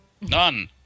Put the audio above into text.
None